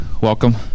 Welcome